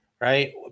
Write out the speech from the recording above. Right